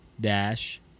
dash